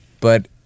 But-